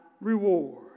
reward